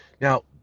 Now